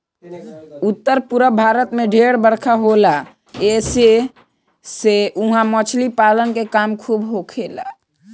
उत्तर पूरब भारत में ढेर बरखा होला ऐसी से उहा मछली पालन के काम खूब होखेला